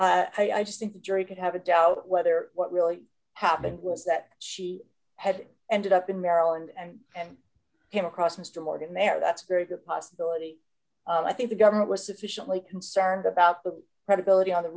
know i just think the jury could have a doubt whether what really happened was that she had ended up in maryland and and came across mr morgan there that's a very good possibility and i think the government was sufficiently concerned about the credibility on the